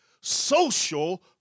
social